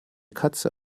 katze